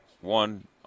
one